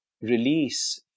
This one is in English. release